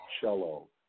cello